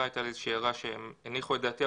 הייתה לי איזושהי הערה שהם הניחו את דעתי,